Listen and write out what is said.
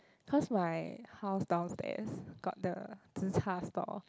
cause my house downstairs got the zi char stall